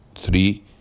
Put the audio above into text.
Three